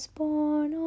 born